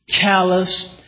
callous